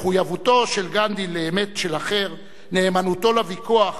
מחויבותו של גנדי לאמת של האחר, נאמנותו לוויכוח,